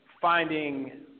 finding